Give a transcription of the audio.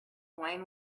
wine